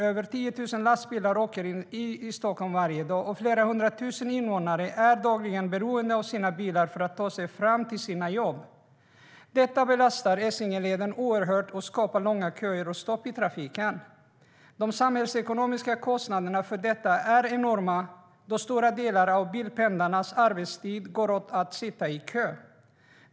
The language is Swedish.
Över 10 000 lastbilar åker in i Stockholm varje dag, och flera hundra tusen invånare är dagligen beroende av sina bilar för att ta sig till sina jobb. Detta belastar Essingeleden oerhört och skapar långa köer och stopp i trafiken. De samhällsekonomiska kostnaderna för detta är enorma, då stora delar av bilpendlarnas arbetstid går åt till att sitta i kö.